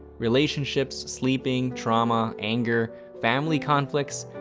relationships, sleeping, trauma, anger, family conflicts,